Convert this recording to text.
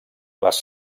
les